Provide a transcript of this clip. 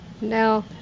No